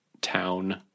town